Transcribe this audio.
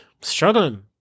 struggling